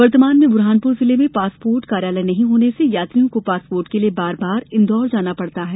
वर्तमान में बुरहानपुर जिले में पासपोर्ट कार्यालय नहीं होने से यात्रियों को पासपोर्ट के लिये बार बार इन्दौर जाना पड़ता है